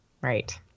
right